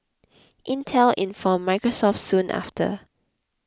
Intel informed Microsoft soon after